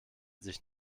sich